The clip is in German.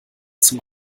zum